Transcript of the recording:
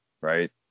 right